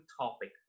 topic